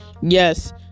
Yes